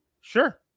Sure